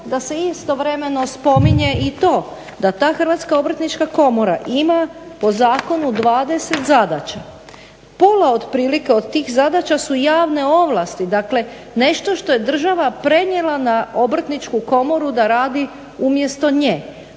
da se istovremeno spominje i to da ta Hrvatska obrtnička komora ima po zakonu 20 zadaća. Pola otprilike od tih zadaća su javne ovlasti, dakle nešto što je država prenijela na obrtničku komoru da radi umjesto nje.